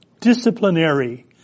disciplinary